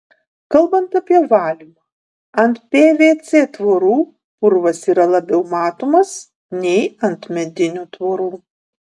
kalbant apie valymą ant pvc tvorų purvas yra labiau matomas nei ant medinių tvorų